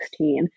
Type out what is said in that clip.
2016